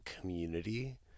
community